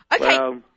Okay